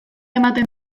ematen